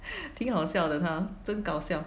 挺好笑的他真搞笑